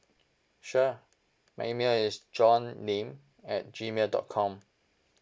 sure my email is john lim at G mail dot com